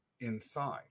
inside